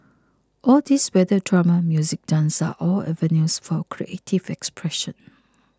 all these whether drama music dance are all avenues for creative expression